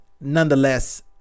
nonetheless